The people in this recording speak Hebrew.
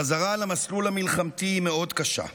החזרה למסלול המלחמתי מאוד קשה,